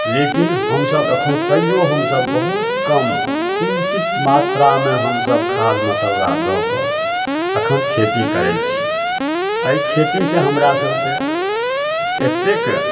लेकिन हमसब एखन तैयो हमसब बहुत कम किञ्चित मात्रामे हमसब खाद मसल्ला दऽ कऽ एखन खेती करय छी अइ खेतीसँ हमरा सबके एतेक